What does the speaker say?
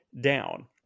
down